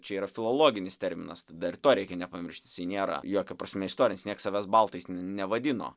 čia yra filologinis terminas dar ir to reikia nepamiršti nėra jokia prasme istorinis niekas savęs baltais nevadino